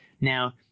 Now